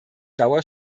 dauer